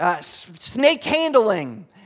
snake-handling